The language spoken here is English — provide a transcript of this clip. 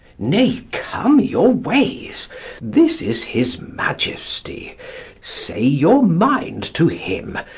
nay, come your ways this is his majesty say your mind to him.